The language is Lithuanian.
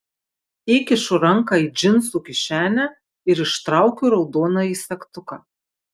įkišu ranką į džinsų kišenę ir ištraukiu raudonąjį segtuką